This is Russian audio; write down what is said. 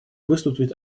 выступит